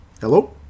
Hello